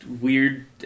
weird